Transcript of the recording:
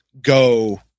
go